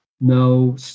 no